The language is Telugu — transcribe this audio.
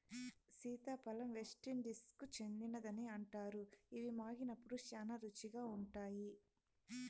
సీతాఫలం వెస్టిండీస్కు చెందినదని అంటారు, ఇవి మాగినప్పుడు శ్యానా రుచిగా ఉంటాయి